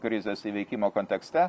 krizės įveikimo kontekste